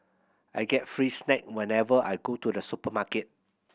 I get free snack whenever I go to the supermarket